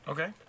Okay